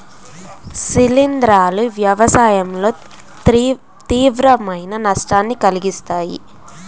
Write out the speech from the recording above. శిలీంధ్రాలు వ్యవసాయంలో తీవ్రమైన నష్టాన్ని కలిగిస్తాయి